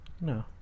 No